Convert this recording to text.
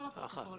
לא משנה,